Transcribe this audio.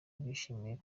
bishimiye